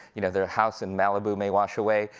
you know, their house in malibu may wash away.